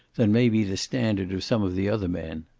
than may be the standard of some of the other men.